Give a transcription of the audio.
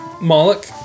Moloch